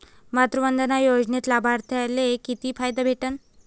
मातृवंदना योजनेत लाभार्थ्याले किती फायदा भेटन?